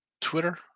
Twitter